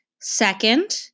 second